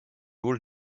hall